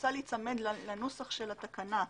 רוצה להיצמד לנוסח של התקנה.